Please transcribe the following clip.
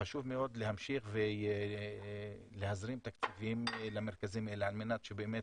חשוב מאוד להמשיך ולהזרים תקציבים למרכזים האלה על מנת שבאמת